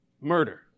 murder